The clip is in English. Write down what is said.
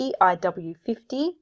EIW50